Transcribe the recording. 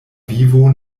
vivo